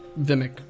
Vimic